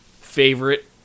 favorite